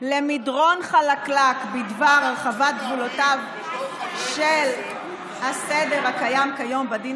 למדרון חלקלק בדבר הרחבת גבולותיו של הסדר הקיים כיום בדין